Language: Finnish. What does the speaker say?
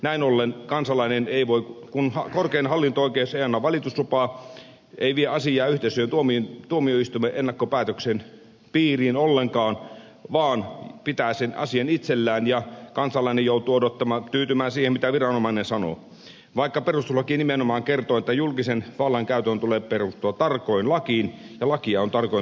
näin ollen kun korkein hallinto oi keus ei anna valituslupaa ei vie asiaa yhteisöjen tuomioistuimen ennakkopäätöksen piiriin ollenkaan vaan pitää sen asian itsellään kansalainen joutuu tyytymään siihen mitä viranomainen sanoo vaikka perustuslaki nimenomaan kertoo että julkisen vallankäytön tulee perustua tarkoin lakiin ja lakia on tarkoin todella noudatettava